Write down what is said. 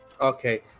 Okay